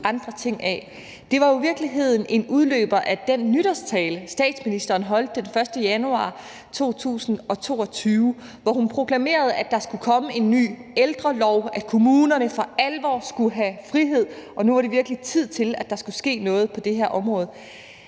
Det var jo i virkeligheden en udløber af den nytårstale, statsministeren holdt den 1. januar 2022, hvor hun proklamerede, at der skulle komme en ny ældrelov, at kommunerne for alvor skulle have frihed, og at nu var det virkelig tid til, at der skulle ske noget på det her område.